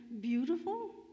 beautiful